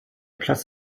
platz